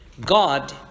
God